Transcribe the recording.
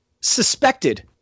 suspected